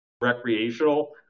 recreational